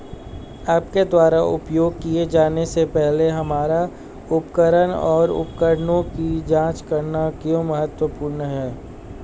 आपके द्वारा उपयोग किए जाने से पहले हमारे उपकरण और उपकरणों की जांच करना क्यों महत्वपूर्ण है?